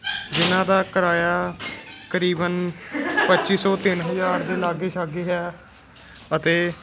ਜਿਨ੍ਹਾਂ ਦਾ ਕਿਰਾਇਆ ਤਕਰੀਬਨ ਪੱਚੀ ਸੌ ਤਿੰਨ ਹਜ਼ਾਰ ਦੇ ਲਾਗੇ ਛਾਗੇ ਹੈ ਅਤੇ